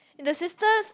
the sisters